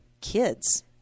kids